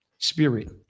Spirit